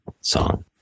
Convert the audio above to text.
song